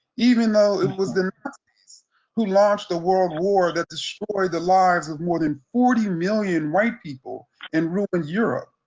even though it was the nazis who launched a world war that destroyed the lives of more than forty million white people in and europe.